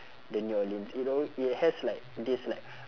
the new orleans it alwa~ it has like this like